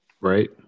right